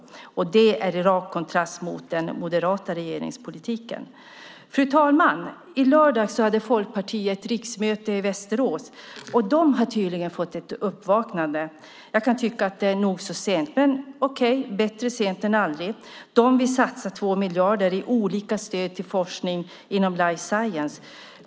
Det står i rak kontrast mot den moderata regeringspolitiken. Fru talman! I lördags hade Folkpartiet riksmöte i Västerås. De har tydligen fått ett uppvaknande. Jag kan tycka att det är nog så sent, men okej, bättre sent än aldrig. De vill satsa 2 miljarder i olika stöd till forskning inom life science.